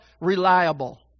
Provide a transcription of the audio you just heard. reliable